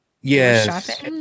yes